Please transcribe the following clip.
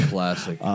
Classic